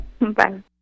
Bye